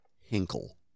Hinkle